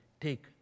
take